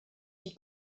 die